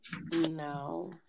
No